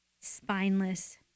spineless